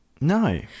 No